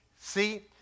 See